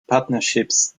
partnerships